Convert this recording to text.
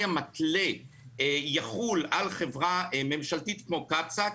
המתלה יחול על חברה ממשלתית כמו קצא"א,